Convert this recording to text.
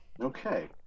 Okay